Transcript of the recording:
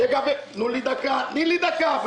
תני לי דקה.